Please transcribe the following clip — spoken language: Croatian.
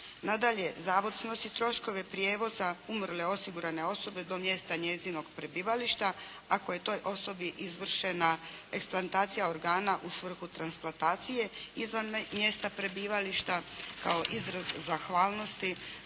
Nadalje, zavod snosi troškove prijevoza umrle osigurane osobe do mjesta njezinog prebivališta ako je toj osobi izvršena eksplantacija organa u svrhu transplantacije izvan mjesta prebivališta kao izraz zahvalnosti